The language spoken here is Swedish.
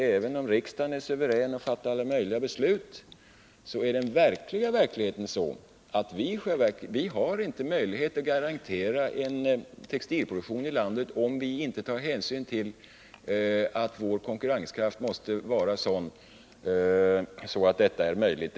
Även om riksdagen är suverän att fatta alla möjliga beslut, är den reella verkligheten den att vi i själva verket inte har möjlighet att garantera en textilproduktion i landet, om vi inte tar hänsyn till att vår konkurrenskraft måste vara sådan att detta är möjligt.